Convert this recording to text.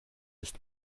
ist